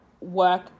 work